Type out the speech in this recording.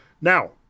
now